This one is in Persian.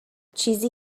چیزی